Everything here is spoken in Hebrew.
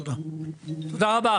תודה רבה.